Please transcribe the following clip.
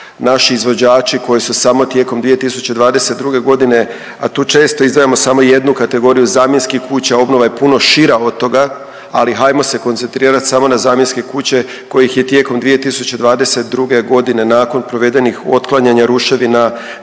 naši izvođači koji su samo tijekom 2022. godine, a tu često izdvajamo samo jednu kategoriju zamjenskih kuća, obnova je puno šira od toga, ali hajmo se koncentrirati samo na zamjenske kuće kojih je tijekom 2022. godine nakon provedenih otklanjanja ruševina,